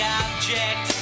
object